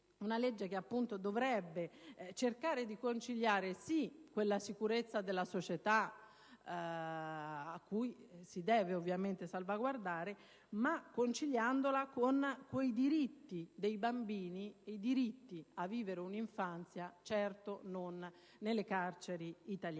una legge che dovrebbe cercare di conciliare, sì, quella sicurezza della società che si deve ovviamente salvaguardare, conciliandola con i diritti dei bambini, i diritti a vivere una infanzia, non certo nelle carceri italiane.